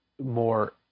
more